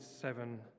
seven